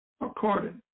according